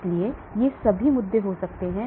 इसलिए ये सभी मुद्दे हो सकते हैं